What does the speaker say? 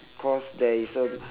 cause there isn't